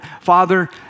Father